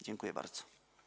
Dziękuję bardzo.